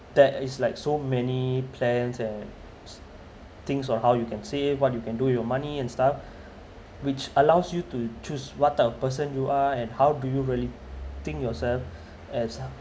that is like so many plans and things of how you can save what you can do your money and stuff which allows you to choose what type of person you are and how do you really think yourself as